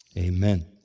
amen.